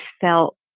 felt